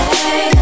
Hey